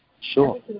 sure